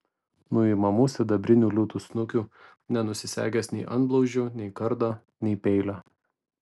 nuimamų sidabrinių liūtų snukių nenusisegęs nei antblauzdžių nei kardo nei peilio